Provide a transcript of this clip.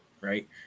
right